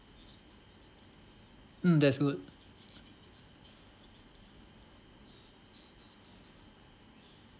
mm that's good